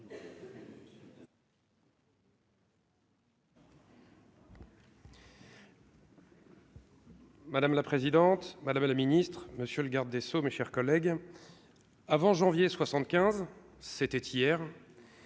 Madame la présidente, madame la ministre, monsieur le garde des sceaux, mes chers collègues avant janvier 75 c'était hier.